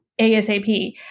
ASAP